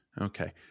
okay